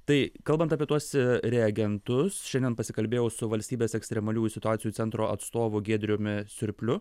tai kalbant apie tuos reagentus šiandien pasikalbėjau su valstybės ekstremaliųjų situacijų centro atstovu giedriumi surpliu